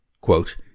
Quote